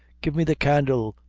give me the candle,